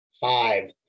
five